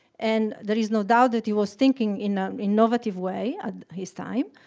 and there is no doubt that he was thinking in an innovative way at his time,